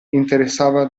interessava